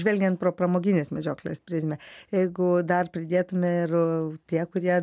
žvelgiant pro pramoginės medžioklės prizmę jeigu dar pridėtume ir tie kurie